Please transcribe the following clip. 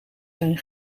zijn